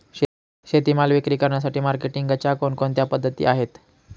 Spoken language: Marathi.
शेतीमाल विक्री करण्यासाठी मार्केटिंगच्या कोणकोणत्या पद्धती आहेत?